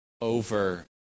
over